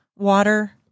water